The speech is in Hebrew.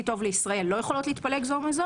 טוב לישראל" לא יכולות להתפלג זו מזו,